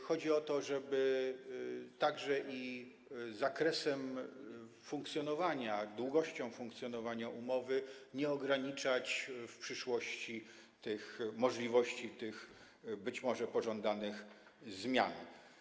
Chodzi o to, żeby zakresem funkcjonowania, długością funkcjonowania umowy nie ograniczać w przyszłości tych możliwości, tych być może pożądanych zmian.